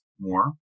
more